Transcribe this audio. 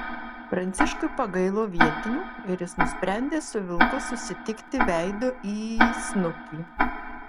pranciškui pagailo vietinių ir jis nusprendė su vilku susitikti veidu į snukį